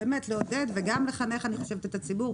לעודד וגם לחנך את הציבור,